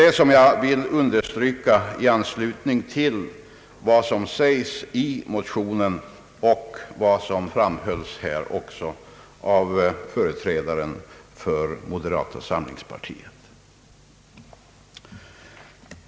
Det är vad jag vill understryka i anledning av motionens innehåll och vad som här framhölls av företrädaren för moderata samlingspartiet.